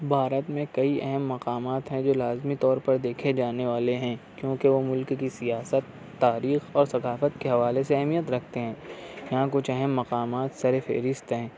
بھارت میں کئی اہم مقامات ہیں جو لازمی طور پر دیکھے جانے والے ہیں کیوں کہ وہ ملک کی سیاست تاریخ اور ثقافت کے حوالے سے اہمیت رکھتے ہیں یہاں کچھ اہم مقامات سرِ فہرست ہیں